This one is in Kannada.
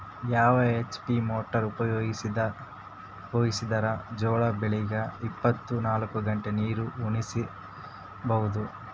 ಯಾವ ಎಚ್.ಪಿ ಮೊಟಾರ್ ಉಪಯೋಗಿಸಿದರ ಜೋಳ ಬೆಳಿಗ ಇಪ್ಪತ ನಾಲ್ಕು ಗಂಟೆ ನೀರಿ ಉಣಿಸ ಬಹುದು?